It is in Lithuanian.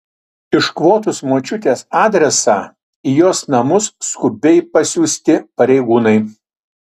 iškvotus močiutės adresą į jos namus skubiai pasiųsti pareigūnai